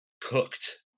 cooked